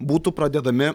būtų pradedami